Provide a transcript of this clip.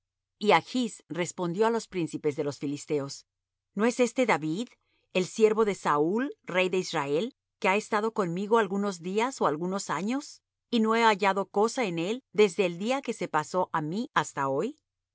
y achs respondió á los príncipes de los filisteos no es éste david el siervo de saúl rey de israel que ha estado conmigo algunos días ó algunos años y no he hallado cosa en él desde el día que se pasó á mí hasta hoy